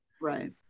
right